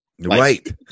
right